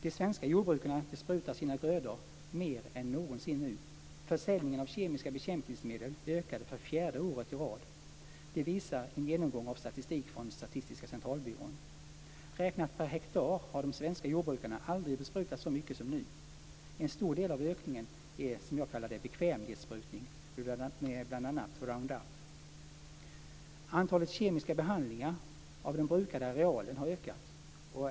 De svenska jordbrukarna besprutar nu sina grödor mer än någonsin. Försäljningen av kemiska bekämpningsmedel ökade för fjärde året i rad. Det visar en genomgång av statistik från Statistiska centralbyrån. Räknat per hektar har de svenska jordbrukarna aldrig besprutat så mycket som nu. En stor del av ökningen är det jag kallar bekvämlighetsbesprutning med bl.a. Antalet kemiska behandlingar av den brukade arealen har ökat.